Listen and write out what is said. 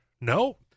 no